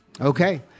Okay